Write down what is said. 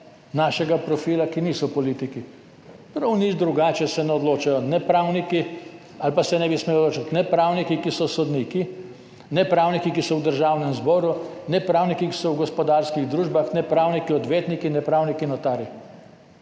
našega profila, ki niso politiki. Prav nič drugače se ne bi smeli odločati ne pravniki, ki so sodniki, ne pravniki, ki so v Državnem zboru, ne pravniki, ki so v gospodarskih družbah, ne pravniki odvetniki, ne pravniki notarji.